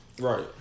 right